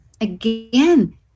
again